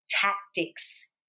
tactics